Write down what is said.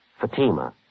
Fatima